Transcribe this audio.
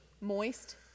Moist